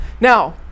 Now